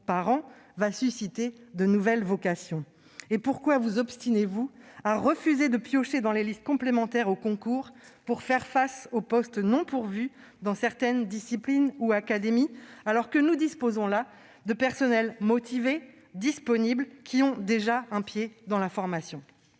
par an va susciter de nouvelles vocations ? Par ailleurs, pourquoi vous obstinez-vous à refuser de piocher dans les listes complémentaires aux concours pour faire face aux postes non pourvus dans certaines disciplines ou académies ? Nous disposons là de personnels motivés et disponibles, qui ont déjà un pied dans la formation !